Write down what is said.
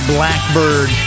Blackbird